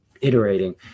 iterating